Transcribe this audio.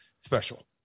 special